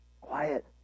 quiet